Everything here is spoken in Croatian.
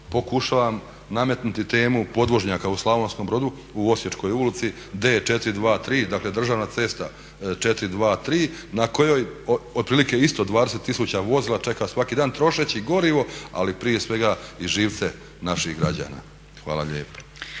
pokušavam nametnuti temu podvožnjaka u Slavonskom Brodu u Osječkoj ulici D423, dakle državna cesta 423, na kojoj otprilike isto 20 tisuća vozila čeka svaki dan trošeći gorivo ali prije svega i živce naših građana. Hvala lijepo.